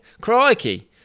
Crikey